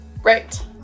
Right